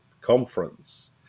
conference